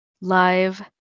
live